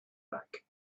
back